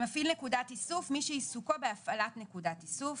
"מפעיל תחנת איסוף" מי שעיסוקו בהפעלת תחנת איסוף,